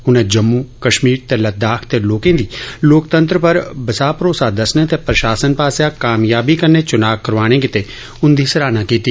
उनें जम्मू कश्मीर ते ॅलद्दाख दे लोके दी लोकतंत्र पर बसा भरोसा दस्सने ते प्रशासन पास्सेआ कामयाबी कन्नै चुना करोआने गित्तै सराहना कीती